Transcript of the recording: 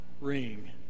ring